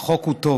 הוא טוב,